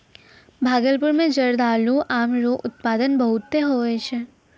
भागलपुर मे जरदालू आम रो उत्पादन बहुते हुवै छै